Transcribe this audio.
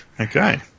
Okay